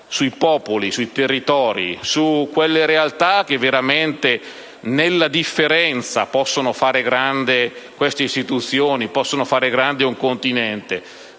sui popoli, sui territori, su quelle realtà che veramente nella differenza possono fare grandi queste istituzioni e possono fare grande un continente,